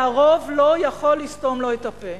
והרוב לא יכול לסתום לו את הפה.